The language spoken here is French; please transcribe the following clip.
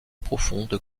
profondes